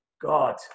God